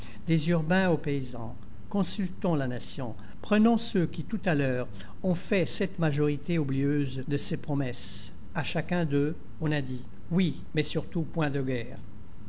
des urbains aux paysans consultons la nation prenons ceux qui tout à l'heure ont fait cette majorité oublieuse de ses promesses à chacun d'eux on a dit oui mais surtout point de guerre